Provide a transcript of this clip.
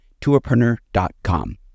tourpreneur.com